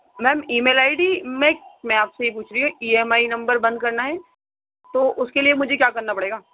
ma'am email I D میں آپ سے یہ پوچھ رہی ای ایم آئی نمبر بند کرنا ہے تو اس کے لئے مجھے کیا کرنا پڑے گا